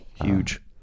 Huge